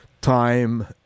time